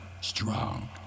strong